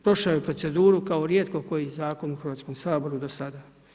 Prošao je proceduru kao rijetko koji zakon u Hrvatskom saboru do sada.